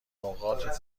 نقاط